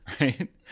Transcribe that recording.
right